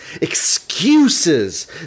excuses